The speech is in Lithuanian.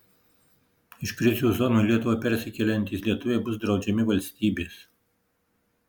iš krizių zonų į lietuvą persikeliantys lietuviai bus draudžiami valstybės